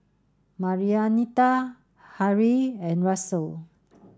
Marianita Harrie and Russel